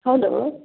hello